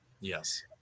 Yes